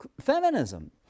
feminism